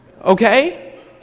Okay